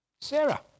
Sarah